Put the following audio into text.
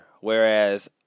Whereas